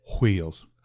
wheels